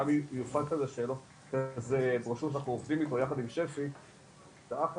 גם ארגונים שאנחנו עובדים יחד עם שפ"י זה אחלה